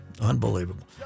Unbelievable